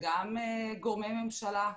וגם גורמי ממשלה,